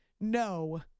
No